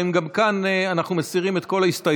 האם גם כאן אנחנו מסירים את כל ההסתייגויות?